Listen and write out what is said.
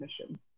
mission